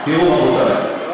תראו, רבותי,